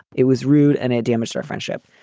it was rude and it damaged her friendship.